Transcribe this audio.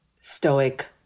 stoic